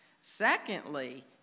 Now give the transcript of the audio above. Secondly